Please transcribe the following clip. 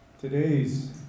Today's